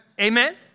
Amen